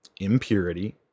impurity